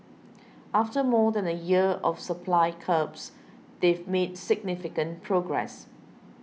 after more than a year of supply curbs they've made significant progress